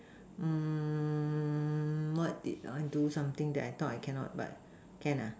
mm what did I do something that I thought I cannot but can ah